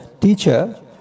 Teacher